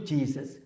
Jesus